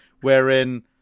wherein